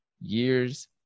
years